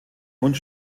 und